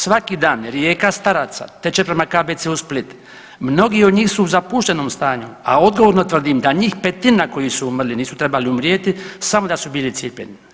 Svaki dan rijeka staraca teče prema KBC-u Split, mnogi od njih su u zapuštenom stanju, a odgovorno tvrdim da njih petina koji su umrli nisu trebali umrijeti samo da su bili cijepljeni.